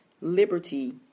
liberty